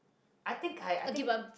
I think I I think